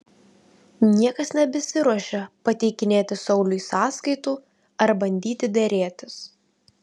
niekas nebesiruošia pateikinėti sauliui sąskaitų ar bandyti derėtis